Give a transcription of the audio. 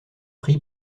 prix